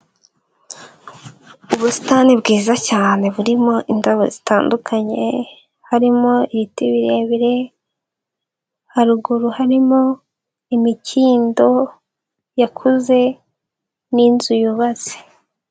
Ubusitani bwiza cyane, burimo indabo zitandukanye. Harimo ibiti birebire, haruguru harimo imikindo, yakuze, n'inzu yubatse.